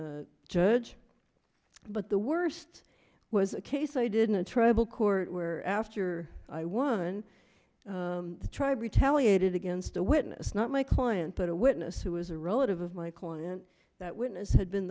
the judge but the worst was a case i didn't a tribal court where after i won the tribe retaliated against a witness not my client but a witness who was a relative of my client that witness had been